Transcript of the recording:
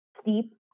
Steep